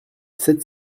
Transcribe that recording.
sept